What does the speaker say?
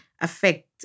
affect